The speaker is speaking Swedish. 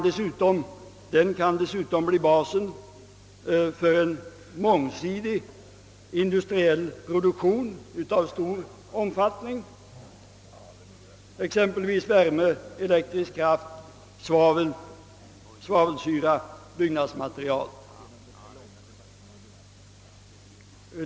Den kan dessutom bli basen för en mångsidig industriell produktion av stor omfattning: exempelvis värme, elektrisk kraft, svavel, svavelsyra och byggnadsmaterial.